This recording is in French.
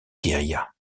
guérilla